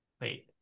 Wait